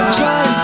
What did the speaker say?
try